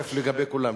זה תקף לגבי כולם,